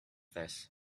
this